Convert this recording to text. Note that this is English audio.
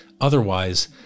Otherwise